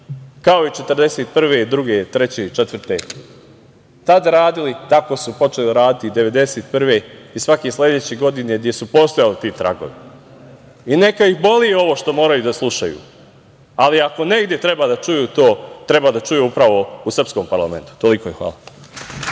1942, 1943. i 1944. godine tad radili, tako su počeli raditi i 1991. godine i svake sledeće godine, gde su postojali ti tragovi. I neka ih boli ovo što moraju da slušaju, ali ako negde treba da čuju to, treba da čuju upravo u srpskom parlamentu. Toliko. Hvala.